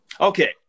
Okay